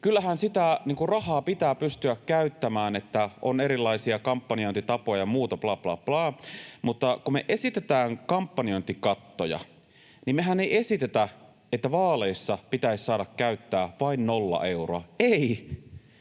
”kyllähän sitä rahaa pitää pystyä käyttämään”, että ”on erilaisia kampanjointitapoja” ja muuta blaa blaa blaa, mutta kun me esitetään kampanjointikattoja, niin mehän ei esitetä, että vaaleissa pitäisi saada käyttää vain nolla euroa —